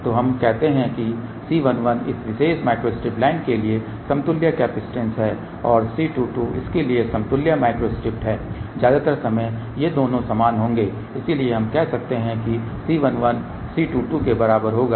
तो हम कहते हैं कि C11 इस विशेष माइक्रोस्ट्रिप लाइन के लिए समतुल्य कैपेसिटेंस है और C22 इसके लिए समतुल्य माइक्रोस्ट्रिप है ज्यादातर समय ये दोनों समान होंगे इसलिए हम कह सकते हैं कि C11 C22 के बराबर होगा